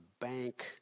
bank